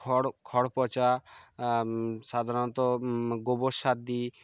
খড় খড় পচা সাধারণত গোবর সার দিই